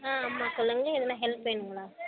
ஆ ஆமாம் சொல்லுங்க எதனால் ஹெல்ப் வேணுங்களா